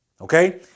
Okay